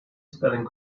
spelling